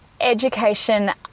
education